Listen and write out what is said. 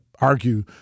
argue